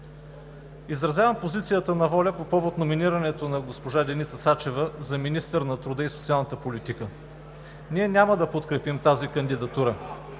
изразявам позицията на ВОЛЯ по повод номинирането на госпожа Деница Сачева за министър на труда и социалната политика. Ние няма да подкрепим тази кандидатура.